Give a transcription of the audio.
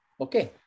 Okay